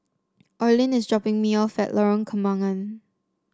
Orlin is dropping me off at Lorong Kembangan